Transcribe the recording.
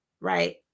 right